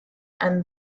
and